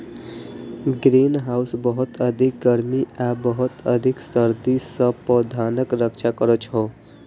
greenhouse बहुत अधिक गर्मी आ बहुत अधिक सर्दी सं पौधाक रक्षा करै छै